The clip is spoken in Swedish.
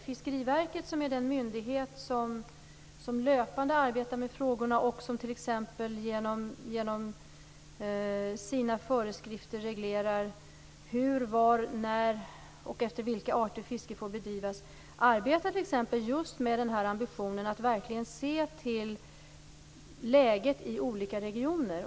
Fiskeriverket, som är den myndighet som löpande arbetar med frågorna och som t.ex. genom sina föreskrifter reglerar hur, var, när och efter vilka arter fiske får bedrivas, arbetar t.ex. just med ambitionen att verkligen se till läget i olika regioner.